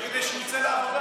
שזה כדי שהוא יצא לעבודה,